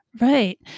Right